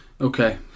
okay